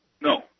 No